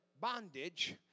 bondage